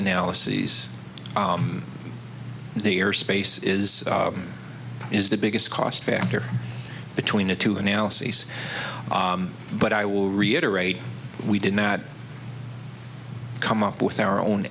analyses the airspace is is the biggest cost factor between the two analyses but i will reiterate we did not come up with our own